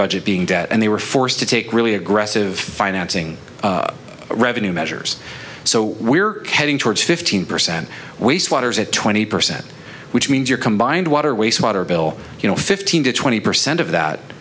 budget being debt and they were forced to take really aggressive financing revenue measures so we're heading towards fifteen percent waste waters at twenty percent which means your combined water waste water bill you know fifteen to twenty percent of